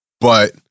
but-